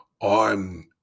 on